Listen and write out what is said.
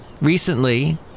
recently